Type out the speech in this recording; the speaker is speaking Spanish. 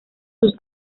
sus